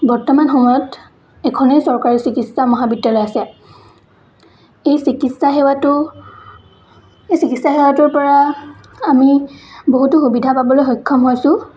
বৰ্তমান সময়ত এখনেই চৰকাৰী চিকিৎসা মহাবিদ্যালয় আছে এই চিকিৎসা সেৱাটো এই চিকিৎসা সেৱাটোৰ পৰা আমি বহুতো সুবিধা পাবলৈ সক্ষম হৈছোঁ